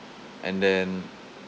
and then